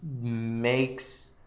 makes